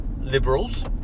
liberals